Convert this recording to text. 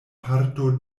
parto